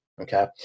okay